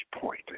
point